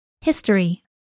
History